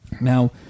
Now